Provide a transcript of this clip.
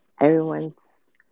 Everyone's